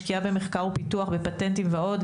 משקיעה במחקר ופיתוח ופטנטים ועוד.